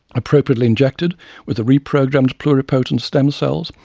appropriately injected with re-programmed pluripotent stem cells,